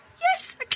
yes